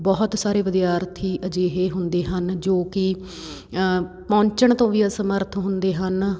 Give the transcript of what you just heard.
ਬਹੁਤ ਸਾਰੇ ਵਿਦਿਆਰਥੀ ਅਜਿਹੇ ਹੁੰਦੇ ਹਨ ਜੋ ਕਿ ਪਹੁੰਚਣ ਤੋਂ ਵੀ ਅਸਮਰਥ ਹੁੰਦੇ ਹਨ